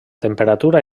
temperatura